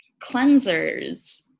cleansers